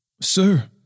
Sir